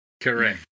Correct